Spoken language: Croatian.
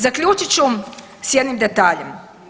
Zaključit ću sa jednim detaljem.